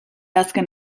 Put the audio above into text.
azken